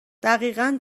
دقیقا